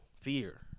Fear